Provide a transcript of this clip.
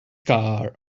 car